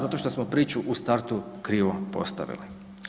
Zato što smo priču u startu krivo postavili.